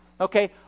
Okay